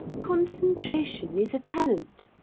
concentration, is a talent.